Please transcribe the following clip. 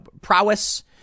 prowess